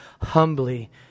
humbly